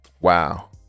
Wow